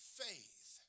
faith